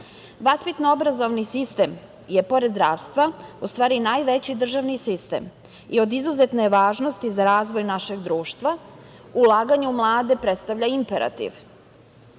zakona. Vaspitno-obrazovni sistem je pored zdravstva, u stvari, najveći državni sistem i od izuzetne je važnosti za razvoj našeg društva. Ulaganje u mlade predstavlja imperativ,